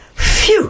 Phew